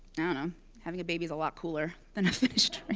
know know having a baby is a lot cooler than a finished